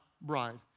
bride